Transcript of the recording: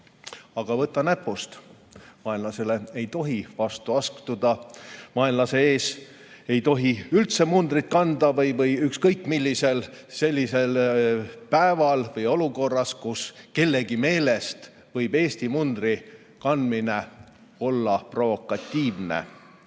Aga võta näpust, vaenlasele ei tohi vastu astuda, vaenlase ees ei tohi üldse mundrit kanda ükskõik millisel sellisel päeval või olukorras, kus kellegi meelest võib Eesti mundri kandmine olla provokatiivne.